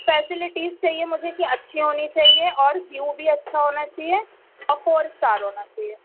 facilities چاہیے مجھے کہ اچھی ہونی چاہیے اور ویو بھی اچھا ہونا چاہیے اور فور اسٹار ہونا چاہیے